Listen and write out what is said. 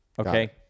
Okay